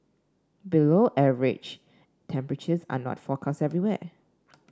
below average temperatures are not forecast everywhere